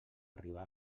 arribar